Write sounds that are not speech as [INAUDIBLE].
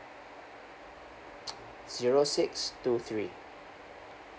[NOISE] zero six two three